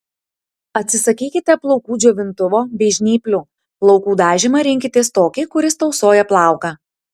atsisakykite plaukų džiovintuvo bei žnyplių plaukų dažymą rinkitės tokį kuris tausoja plauką